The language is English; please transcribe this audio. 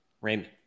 Raymond